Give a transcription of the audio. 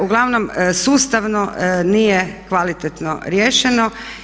Uglavnom sustavno nije kvalitetno riješeno.